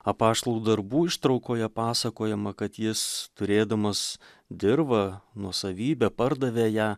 apaštalų darbų ištraukoje pasakojama kad jis turėdamas dirvą nuosavybę pardavė ją